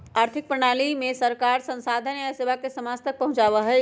आर्थिक प्रणाली में सरकार संसाधन या सेवा के समाज तक पहुंचावा हई